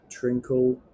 Trinkle